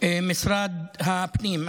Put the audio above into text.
משרד הפנים,